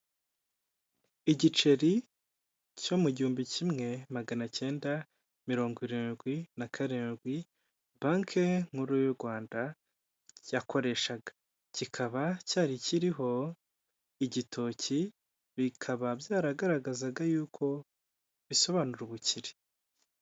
Igiceri, cyo mu gihumbi kimwe, magana cyenda, mirongo irindwi, na karindwi, banki nkuru y'u Rwanda yakoreshaga, kikaba cyari kiriho igitoki, bikaba byaragaragazaga yuko bisobanura ubukire.